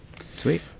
Sweet